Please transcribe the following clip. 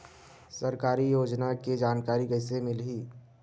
सरकारी योजना के जानकारी कइसे मिलही?